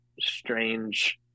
strange